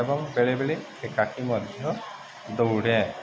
ଏବଂ ବେଳେବେେଳେ ଏକାଠି ମଧ୍ୟ ଦୌଡ଼େ